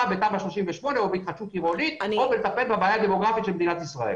בתמ"א 38 או בהתחדשות עירונית או בבעיה הדמוגרפית של מדינת ישראל?